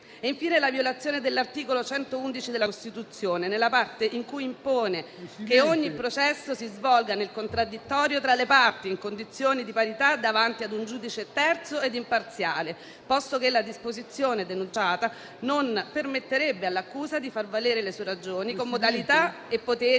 diritti»; la violazione dell'art. 111 Cost., nella parte in cui impone che ogni processo si svolga «nel contraddittorio tra le parti, in condizioni di parità davanti ad un giudice terzo e imparziale», posto che la disposizione denunciata non permetterebbe all'accusa di far valere le sue ragioni con modalità e poteri simmetrici a quelli di